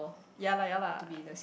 ya lah ya lah